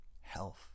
health